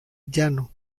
llano